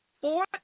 four